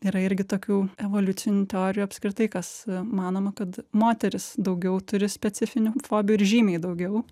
yra irgi tokių evoliucinių teorijų apskritai kas manoma kad moterys daugiau turi specifinių fobijų ir žymiai daugiau